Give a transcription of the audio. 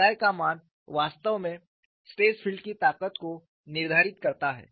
K I का मान वास्तव में स्ट्रेस फील्ड की ताकत को निर्धारित करता है